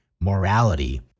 morality